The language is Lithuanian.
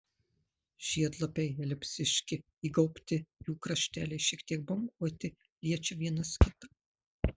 žiedlapiai elipsiški įgaubti jų krašteliai šiek tiek banguoti liečia vienas kitą